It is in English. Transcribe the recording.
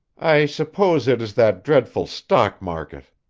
i suppose it is that dreadful stock market.